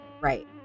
Right